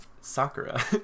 Sakura